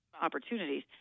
opportunities